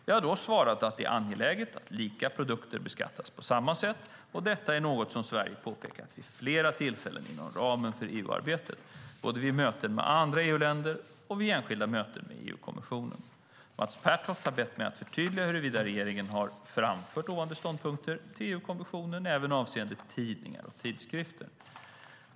Jag har då svarat att det är angeläget att lika produkter beskattas på samma sätt och att detta är något som Sverige påpekat vid flera tillfällen inom ramen för EU-arbetet både vid möten med andra EU-länder och vid enskilda möten med EU-kommissionen. Mats Pertoft har bett mig förtydliga huruvida regeringen har framfört ovanstående ståndpunkt till EU-kommissionen även avseende tidningar och tidskrifter.